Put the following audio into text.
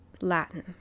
Latin